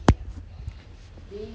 the